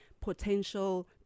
potential